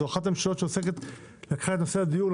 זו אחת הממשלות שלקחה את נושא הדיור.